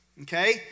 Okay